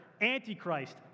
antichrist